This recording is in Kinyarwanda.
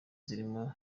zirimo